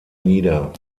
nieder